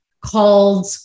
called